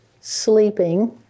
sleeping